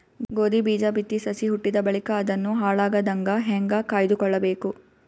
ಗೋಧಿ ಬೀಜ ಬಿತ್ತಿ ಸಸಿ ಹುಟ್ಟಿದ ಬಳಿಕ ಅದನ್ನು ಹಾಳಾಗದಂಗ ಹೇಂಗ ಕಾಯ್ದುಕೊಳಬೇಕು?